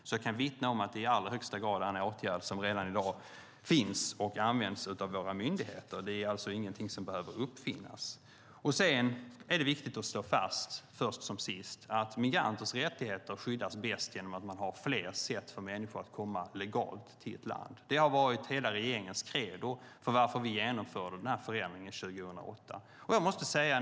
Jag kan därför vittna om att det i allra högsta grad är en åtgärd som redan i dag finns och används av våra myndigheter. Det är alltså ingenting som behöver uppfinnas. Sedan är det, först som sist, viktigt att slå fast att migranters rättigheter skyddas bäst genom att man har fler sätt för människor att komma legalt till ett land. Det har varit hela regeringens credo till att vi genomförde denna förändring 2008.